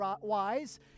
wise